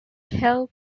help